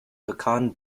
pecan